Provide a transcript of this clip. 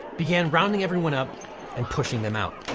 began rounding everyone up and pushing them out.